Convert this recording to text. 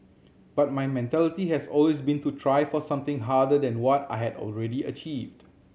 but my mentality has always been to try for something harder than what I had already achieved